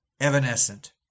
Evanescent